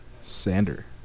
Sander